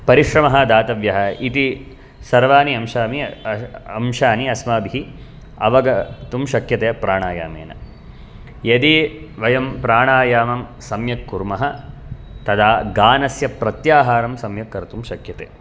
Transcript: परिश्रमः दातव्यः इति सर्वाणि अंशानि अंशानि अस्माभिः अवगन्तुं शक्यते प्राणायामेन यदि वयं प्राणायामं सम्यक् कुर्मः तदा गानस्य प्रत्याहारं सम्यक् कर्तुं शक्यते